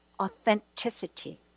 Authenticity